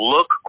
Look